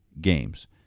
games